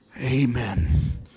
Amen